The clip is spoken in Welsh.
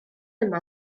yma